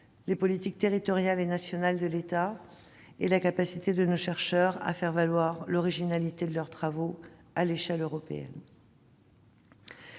les politiques territoriales et nationales de l'État et la capacité de nos chercheurs à faire valoir l'originalité de leurs travaux à l'échelon européen.